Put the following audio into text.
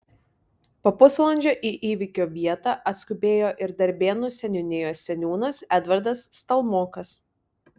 po pusvalandžio į įvykio vietą atskubėjo ir darbėnų seniūnijos seniūnas edvardas stalmokas